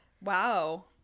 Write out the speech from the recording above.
wow